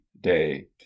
Day